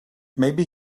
maybe